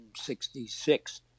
1966